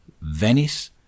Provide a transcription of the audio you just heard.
Venice